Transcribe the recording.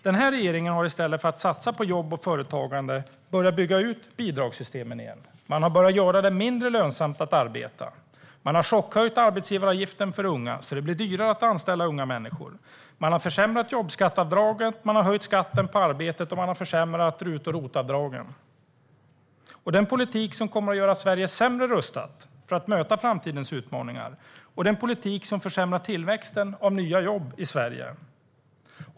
Den här regeringen har, i stället för att satsa på jobb och företagande, börjat bygga ut bidragssystemen igen. Man har börjat göra det mindre lönsamt att arbeta. Man har chockhöjt arbetsgivaravgiften för unga så att det blir dyrare att anställa unga människor. Man har försämrat jobbskatteavdraget, man har höjt skatten på arbete och man har försämrat RUT och ROT-avdragen. Det är en politik som kommer att göra Sverige sämre rustat för att möta framtidens utmaningar, och det är en politik som försämrar tillväxten av nya jobb i Sverige.